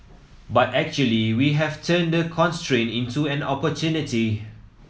but actually we have turned the constraint into an opportunity